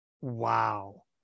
Wow